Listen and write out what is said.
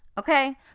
Okay